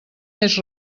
més